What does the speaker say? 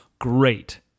great